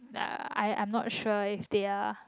uh I'm I'm not sure if they are